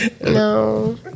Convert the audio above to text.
No